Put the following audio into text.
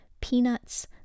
peanuts